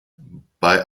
bei